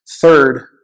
Third